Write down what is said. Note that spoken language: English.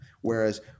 Whereas